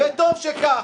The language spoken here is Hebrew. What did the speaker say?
בנט התעשת, וטוב שכך.